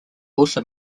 also